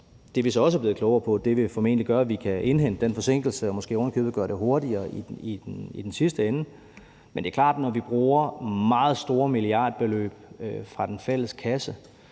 det, vi er blevet klogere på, formentlig vil gøre, at vi kan indhente den forsinkelse og måske ovenikøbet gøre det hurtigere i den sidste ende. Men det er klart, at når vi bruger meget store milliardbeløb fra den fælles kasse,